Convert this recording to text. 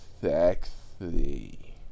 sexy